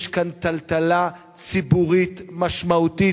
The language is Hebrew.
יש כאן טלטלה ציבורית משמעותית.